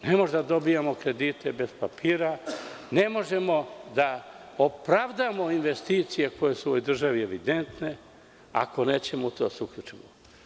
Ne možemo da dobijemo kredite bez papira, ne možemo da opravdamo investicije koje su u ovoj državi evidentne, ako nećemo u to da se uključimo.